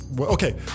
Okay